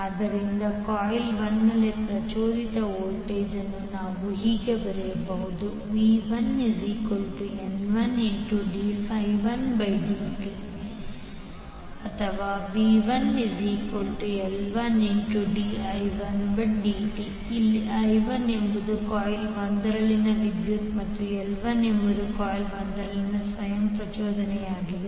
ಆದ್ದರಿಂದ ಕಾಯಿಲ್ 1 ನಲ್ಲಿ ಪ್ರಚೋದಿತ ವೋಲ್ಟೇಜ್ ಅನ್ನು ನಾವು ಬರೆಯಬಹುದು v1N1d1dtN1d1di1di1dtL1di1dt ಇಲ್ಲಿ i1 ಎಂಬುದು ಕಾಯಿಲ್ 1 ರಲ್ಲಿನ ವಿದ್ಯುತ್ ಮತ್ತು L1 ಎಂಬುದು ಕಾಯಿಲ್ 1 ರ ಸ್ವಯಂ ಪ್ರಚೋದನೆಯಾಗಿದೆ